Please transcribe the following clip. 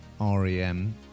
REM